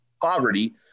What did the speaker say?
poverty